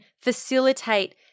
facilitate